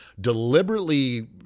deliberately